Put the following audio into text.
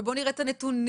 ובוא נראה את הנתונים.